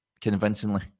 convincingly